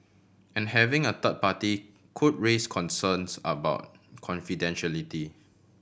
and having a third party could raise concerns about confidentiality